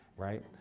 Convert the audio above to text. right?